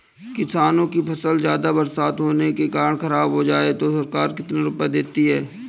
किसानों की फसल ज्यादा बरसात होने के कारण खराब हो जाए तो सरकार कितने रुपये देती है?